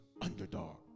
underdog